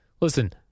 listen